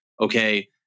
Okay